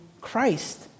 Christ